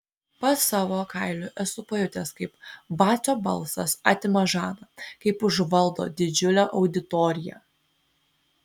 pats savo kailiu esu pajutęs kaip vacio balsas atima žadą kaip užvaldo didžiulę auditoriją